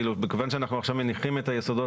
מכיוון שאנחנו עכשיו מניחים את היסודות